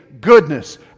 goodness